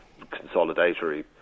consolidatory